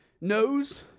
knows